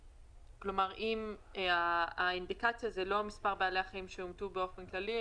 כלומר אם האינדיקציה זה לא מספר בעלי החיים שהומתו באופן כללי,